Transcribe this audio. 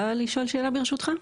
אני יכולה לשאול שאלה, ברשותך?